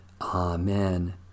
Amen